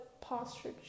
posture